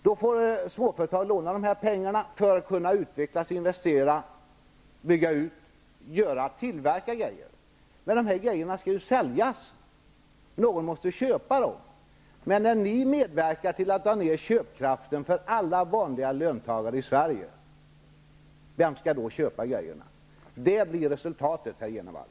Då får småföretag låna pengar för att kunna utvecklas, investera, bygga ut, tillverka grejer. Men de här grejerna skall ju säljas; någon måste köpa dem. När ni medverkar till att dra ned köpkraften för alla vanliga löntagare i Sverige -- vem skall då köpa grejerna? Det blir resultatet, herr Jenevall.